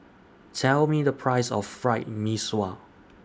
Tell Me The Price of Fried Mee Sua